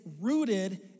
rooted